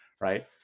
right